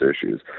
issues